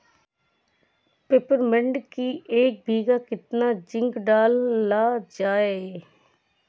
Peppermint की एक बीघा कितना जिंक डाला जाए?